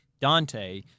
Dante